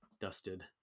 dusted